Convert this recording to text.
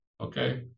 Okay